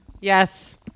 Yes